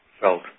felt